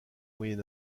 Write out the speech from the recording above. moyen